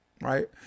right